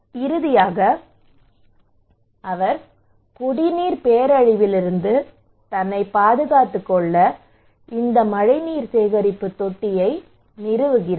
எனவே இறுதியாக அவர் குடிநீர் பேரழிவிலிருந்து தன்னைப் பாதுகாத்துக் கொள்ள இந்த மழைநீர் சேகரிப்பு தொட்டியை நிறுவுகிறார்